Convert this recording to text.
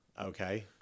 Okay